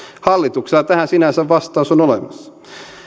hallituksella tähän sinänsä vastaus on olemassa